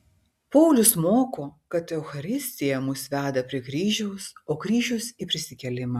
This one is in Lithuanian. paulius moko kad eucharistija mus veda prie kryžiaus o kryžius į prisikėlimą